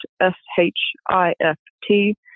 S-H-I-F-T